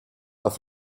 auf